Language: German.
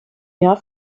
jahr